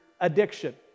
addiction